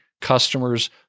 customer's